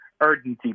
urgency